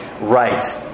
right